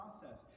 process